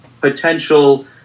potential